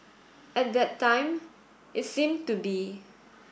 at that time it seemed to be